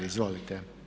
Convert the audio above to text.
Izvolite.